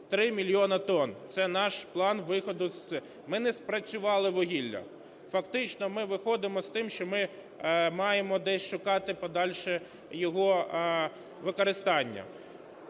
Три мільйони тонн - це наш план виходу з... Ми не спрацювали вугілля. Фактично ми виходимо з тим, що ми маємо десь шукати подальше його використання.